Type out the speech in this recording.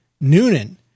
noonan